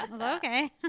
okay